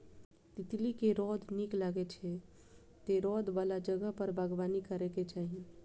तितली कें रौद नीक लागै छै, तें रौद बला जगह पर बागबानी करैके चाही